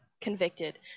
convicted